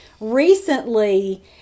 recently